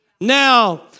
Now